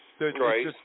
Right